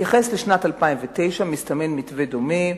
בהתייחס לשנת 2009 מסתמן מתווה דומה,